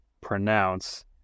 pronounce